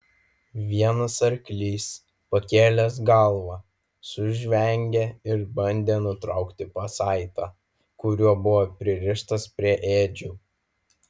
vienas arklys pakėlęs galvą sužvengė ir bandė nutraukti pasaitą kuriuo buvo pririštas prie ėdžių